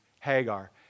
Hagar